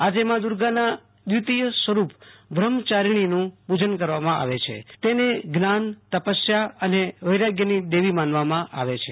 આજે માં દુર્ગાના ક્રિતીય સ્વરૂપ બ્રહ્મચારીણીનું પુજન કરવામાં આવે છેતેને જ્ઞાન તપસ્યા અને વૈરાગ્યની દેવી માનવામાં આવે છે